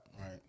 Right